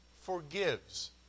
forgives